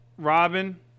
Robin